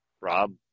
Rob